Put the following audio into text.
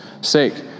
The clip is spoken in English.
sake